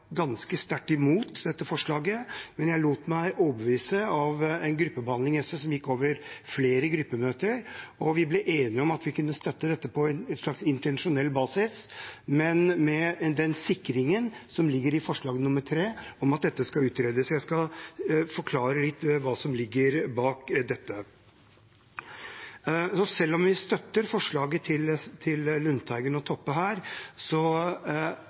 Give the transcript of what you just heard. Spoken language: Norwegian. ganske sterkt imot dette forslaget, men jeg lot meg overbevise gjennom behandling i flere gruppemøter i SV, og vi ble enige om at vi kunne støtte dette på en slags intensjonell basis, men med den sikringen som ligger i forslag nr. 3, om at dette skal utredes. Jeg skal forklare litt hva som ligger bak dette. Selv om vi støtter forslaget til Lundteigen og Toppe her,